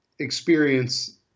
Experience